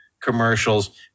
commercials